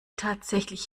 tatsächlich